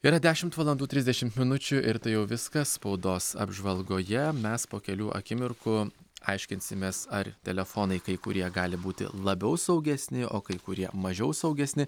yra dešimt valandų trisdešimt minučių ir tai jau viskas spaudos apžvalgoje mes po kelių akimirkų aiškinsimės ar telefonai kai kurie gali būti labiau saugesni o kai kurie mažiau saugesni